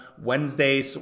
Wednesday